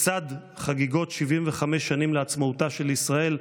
לצד חגיגות 75 שנים לעצמאותה של ישראל,